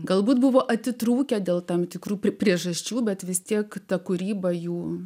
galbūt buvo atitrūkę dėl tam tikrų priežasčių bet vis tiek ta kūryba jų